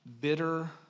bitter